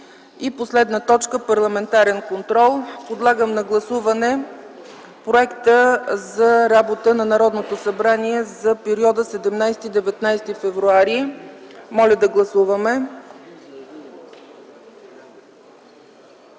България. 15. Парламентарен контрол. Подлагам на гласуване проекта за работа на Народното събрание за периода 17-19 февруари. Моля да гласуваме.